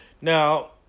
Now